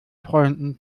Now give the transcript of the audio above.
freunden